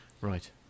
Right